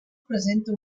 presenta